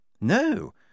No